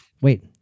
wait